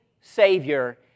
savior